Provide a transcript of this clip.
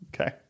Okay